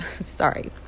Sorry